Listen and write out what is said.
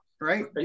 Right